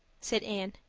said anne.